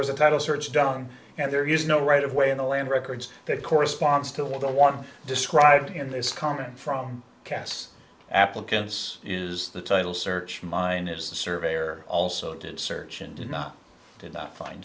was a title search done and there is no right of way in the land records that corresponds to what the one described in this comment from casts applicants is the title search minus the surveyor also did search and did not did not find